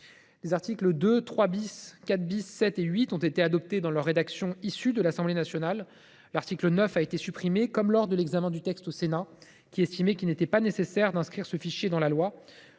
Les articles 2, 3 , 4 , 7 et 8 ont été adoptés dans leur rédaction issue de l’Assemblée nationale. L’article 9 a été supprimé, comme lors de l’examen du texte au Sénat, ce dernier estimant qu’il n’était pas nécessaire d’inscrire ce fichier dans la loi.